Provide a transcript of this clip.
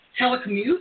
telecommute